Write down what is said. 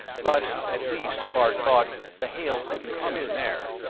but at least, bart thought, the hail couldn't come in there.